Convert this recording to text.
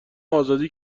آزادی